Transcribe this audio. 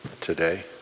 today